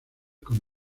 con